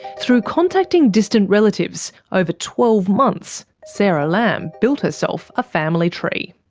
through contacting distant relatives, over twelve months sara lamm built herself a family tree.